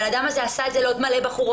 הבן אדם הזה עשה את זה לעוד מלא בחורות